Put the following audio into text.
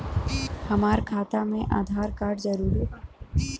हमार खाता में आधार कार्ड जरूरी बा?